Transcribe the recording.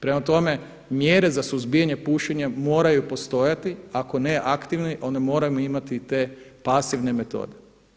Prema tome mjere za suzbijanje pušenja moraju postojati, ako ne aktivne onda moramo imati te pasivne metode.